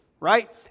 Right